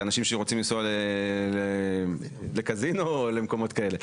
אנשים שרוצים לנסוע לקזינו או למקומות כאלה.